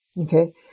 Okay